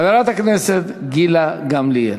חברת הכנסת גילה גמליאל,